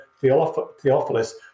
Theophilus